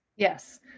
Yes